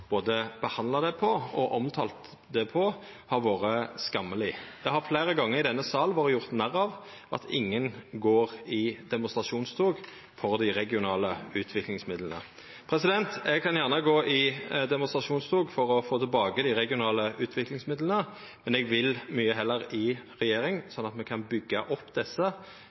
både har behandla og omtalt dei på, har vore skammeleg. Det har fleire gonger i denne salen vore gjort narr av at ingen går i demonstrasjonstog for dei regionale utviklingsmidlane. Eg kan gjerne gå i demonstrasjonstog for å få tilbake dei regionale utviklingsmidlane, men eg vil mykje heller i regjering, slik at me kan byggja dei opp.